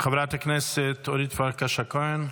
חברת הכנסת אורית פרקש הכהן,